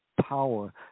power